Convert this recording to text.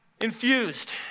infused